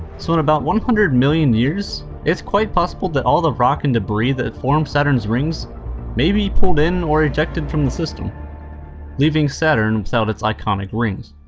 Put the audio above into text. so in about one hundred million years it's quite possible that all the rock and debris that formed saturn's rings may be pulled in or ejected from the system leaving saturn without its iconic rings.